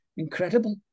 incredible